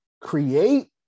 Create